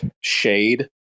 shade